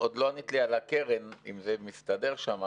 עוד לא ענית לי על הקרן, אם זה מסתדר שם.